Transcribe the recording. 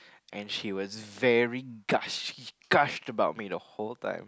and she was gushed gushed about me the whole time